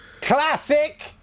Classic